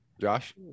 Josh